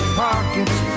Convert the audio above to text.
pockets